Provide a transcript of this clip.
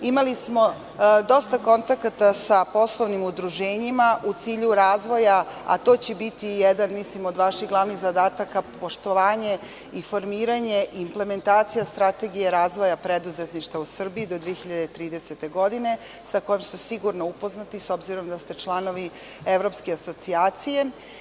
Imali smo dosta kontakata sa poslovnim udruženjima u cilju razvoja, a to će biti jedan od vaših glavnih zadataka, poštovanje i formiranje, implementacija Strategije razvoja preduzetništva u Srbiji do 2030. godine sa kojom ste sigurno upoznati, s obzirom da ste članovi Evropske asocijacije.